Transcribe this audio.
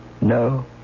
No